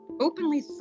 openly